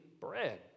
bread